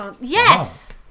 Yes